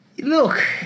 Look